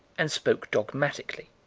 and spoke dogmatically.